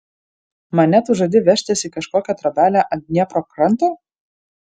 mane tu žadi vežtis į kažkokią trobelę ant dniepro kranto